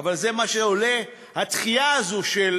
אבל זה מה שעולה הדחייה הזאת של